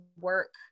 work